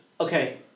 Okay